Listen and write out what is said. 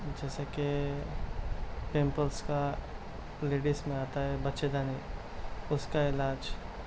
جیسا کہ پمپلس کا لیڈیز میں آتا ہے بچے دانی اس کا علاج